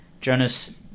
Jonas